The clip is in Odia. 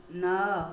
ନଅ